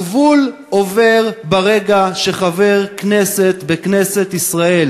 הגבול עובר ברגע שחבר כנסת בכנסת ישראל